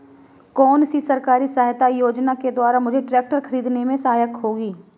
कौनसी सरकारी सहायता योजना के द्वारा मुझे ट्रैक्टर खरीदने में सहायक होगी?